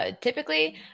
typically –